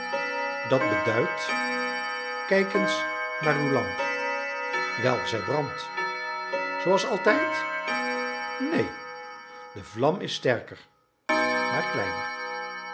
dat beduidt kijk eens naar uw lamp wel zij brandt zooals altijd neen de vlam is sterker maar kleiner